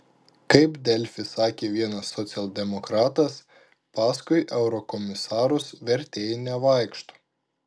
kaip delfi sakė vienas socialdemokratas paskui eurokomisarus vertėjai nevaikšto